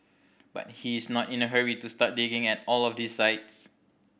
but he is not in a hurry to start digging at all of these sites